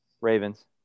ravens